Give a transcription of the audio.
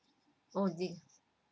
oh did